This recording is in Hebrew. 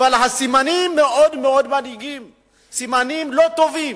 אבל הסימנים מדאיגים מאוד, הסימנים לא טובים.